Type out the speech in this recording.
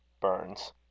Burns